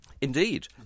Indeed